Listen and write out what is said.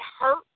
hurt